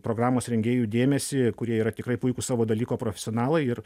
programos rengėjų dėmesį kurie yra tikrai puikūs savo dalyko profesionalai ir